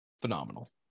phenomenal